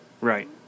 Right